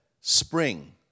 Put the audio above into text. spring